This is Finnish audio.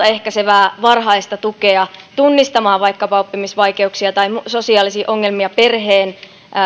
ehkäisevää varhaista tukea tunnistamaan vaikkapa oppimisvaikeuksia tai sosiaalisia ongelmia perheen